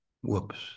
whoops